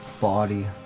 body